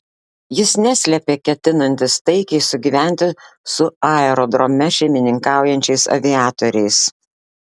jis neslėpė ketinantis taikiai sugyventi su aerodrome šeimininkaujančiais aviatoriais